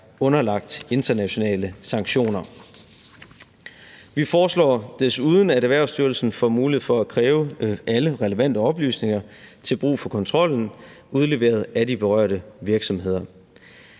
underlagt internationale sanktioner. Vi foreslår desuden, at Erhvervsstyrelsen får mulighed for at kræve alle relevante oplysninger til brug for kontrollen udleveret af de berørte virksomheder.